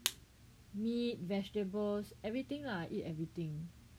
meat vegetables everything lah I eat everything